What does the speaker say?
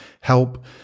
help